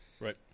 Right